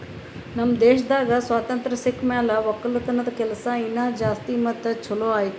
ನಮ್ ದೇಶದಾಗ್ ಸ್ವಾತಂತ್ರ ಸಿಕ್ ಮ್ಯಾಲ ಒಕ್ಕಲತನದ ಕೆಲಸ ಇನಾ ಜಾಸ್ತಿ ಮತ್ತ ಛಲೋ ಆಯ್ತು